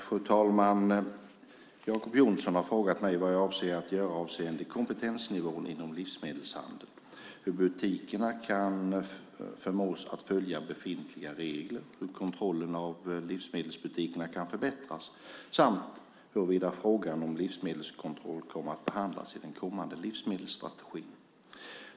Fru talman! Jacob Johnson har frågat mig vad jag avser att göra avseende kompetensnivån inom livsmedelshandeln, hur butikerna kan förmås att följa befintliga regler, hur kontrollen av livsmedelsbutikerna kan förbättras samt huruvida frågan om livsmedelskontroll kommer att behandlas i den kommande livsmedelsstrategin.